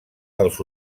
dels